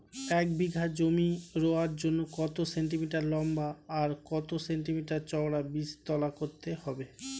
এক বিঘা জমি রোয়ার জন্য কত সেন্টিমিটার লম্বা আর কত সেন্টিমিটার চওড়া বীজতলা করতে হবে?